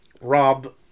rob